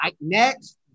next